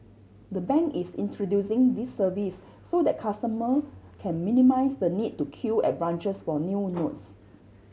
the bank is introducing this service so that customer can minimise the need to queue at branches for new notes